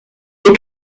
des